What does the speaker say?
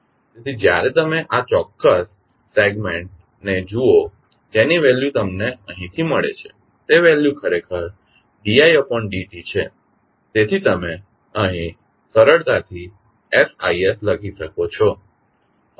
તેથી જ્યારે તમે આ ચોક્કસ સેગમેન્ટ ને જુઓ જેની વેલ્યુ તમને અહીંથી મળે છે તે વેલ્યુ ખરેખરd id t છે તેથી તમે અહીં સરળતાથી sI લખી શકો છો